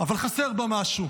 אבל חסר בה משהו.